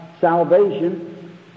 salvation